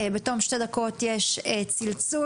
בתום שתי דקות יש צלצול,